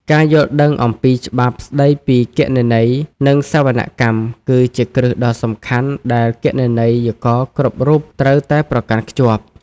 ការយល់ដឹងអំពីច្បាប់ស្តីពីគណនេយ្យ និងសវនកម្ម គឺជាគ្រឹះដ៏សំខាន់ដែលគណនេយ្យករគ្រប់រូបត្រូវតែប្រកាន់ខ្ជាប់។